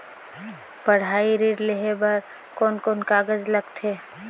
पढ़ाई ऋण लेहे बार कोन कोन कागज लगथे?